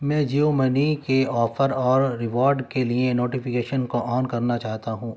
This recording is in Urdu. میں جیو منی کے آفر اور ریوارڈ کے لیے نوٹیفیکیشن کو آن کرنا چاہتا ہوں